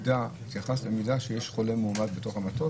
התייחסת למידע שיש חולה מאומת במטוס.